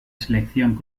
selección